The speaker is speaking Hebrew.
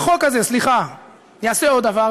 החוק הזה יעשה עוד דבר,